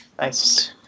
Nice